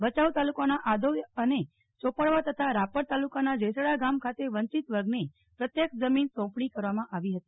ભયાઉ તાલુકાના આધોઈ અને ચોપડવા તથા રાપર તાલુકાના જેશડા ગામ ખાતે વંચિત વર્ગને પ્રત્યક્ષ જમીન સોપણી કરવામાં આવી હતી